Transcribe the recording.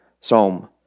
Psalm